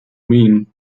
mean